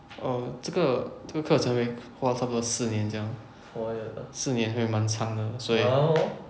err 这个这个课程 very 花差不多四年这样四年会蛮长的所以